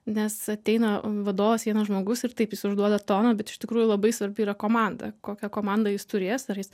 nes ateina vadovas vienas žmogus ir taip jis užduoda toną bet iš tikrųjų labai svarbi yra komanda kokią komandą jis turės ar jis